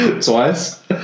twice